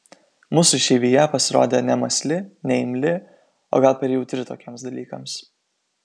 mūsų išeivija pasirodė nemąsli neimli o gal per jautri tokiems dalykams